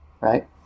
right